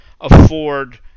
afford